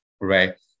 right